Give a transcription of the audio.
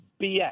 BS